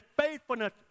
faithfulness